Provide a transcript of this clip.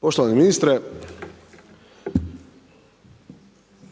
Poštovani ministre,